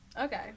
Okay